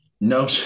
No